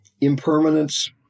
Impermanence